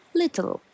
little